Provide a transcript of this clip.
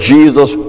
Jesus